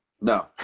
No